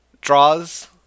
draws